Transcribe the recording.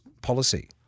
policy